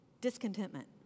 discontentment